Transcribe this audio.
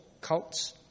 cults